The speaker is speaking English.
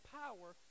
power